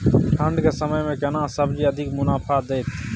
ठंढ के समय मे केना सब्जी अधिक मुनाफा दैत?